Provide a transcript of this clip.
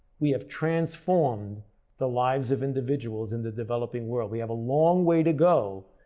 we have transformed the lives of individuals in the developing world. we have a long way to go,